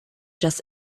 just